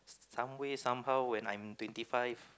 some way some how when I'm twenty five